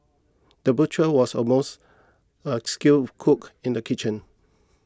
the butcher was almost a skilled cook in the kitchen